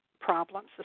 problems